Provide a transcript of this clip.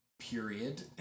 period